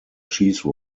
cheese